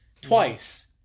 twice